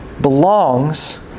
belongs